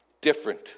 different